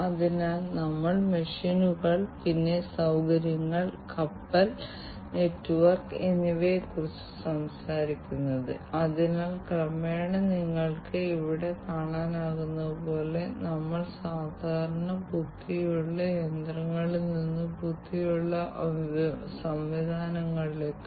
അതിനാൽ സൈബർ സുരക്ഷ വളരെ പ്രധാനമാണ് കാരണം നമ്മൾ ഇപ്പോൾ സംസാരിക്കുന്നത് വളരെ ബന്ധിതമായ ഒരു ലോകത്തെക്കുറിച്ചാണ് അവിടെ വ്യത്യസ്ത യന്ത്രങ്ങൾ തങ്ങളും യന്ത്രങ്ങളും ആളുകളുമായി യന്ത്രങ്ങൾ മനുഷ്യരോട് മനുഷ്യരിൽ നിന്ന് മനുഷ്യരോട് എന്നിങ്ങനെയുള്ള ഒരു ലോകമാണ്